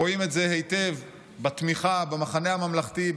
רואים את זה היטב בתמיכה במחנה הממלכתי,